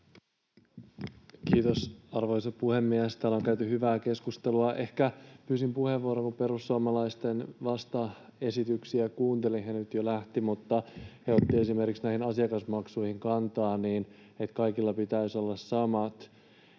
Kiitos, arvoisa puhemies! Täällä on käyty hyvää keskustelua. Pyysin puheenvuoron, kun perussuomalaisten vastaesityksiä kuuntelin. He nyt jo lähtivät, mutta he ottivat esimerkiksi näihin asiakasmaksuihin kantaa niin, että kaikilla pitäisi olla samat.